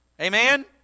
amen